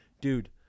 dude